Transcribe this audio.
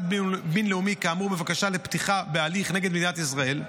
בין-לאומי כאמור בבקשה לפתיחה בהליך נגד מדינת ישראל,